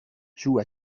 joue